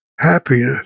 happiness